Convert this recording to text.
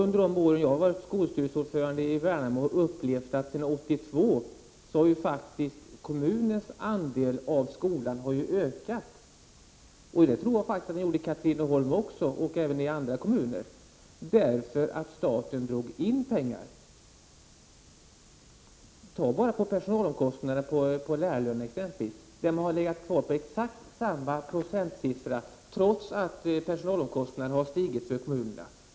Under de år jag har varit skolstyrelseordförande i Värnamo har jag upplevt att kommunens andel av utgifterna för skolan har ökat sedan år 1982. Det tror jag faktiskt att de gjorde också i Katrineholm och även i andra kommuner, eftersom staten drog in pengar. Tag som exempel de statliga personalkostnaderna för lärarna. De har legat kvar på exakt samma procent, trots att personalomkostnaderna har stigit för kommunerna.